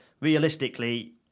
realistically